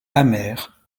amères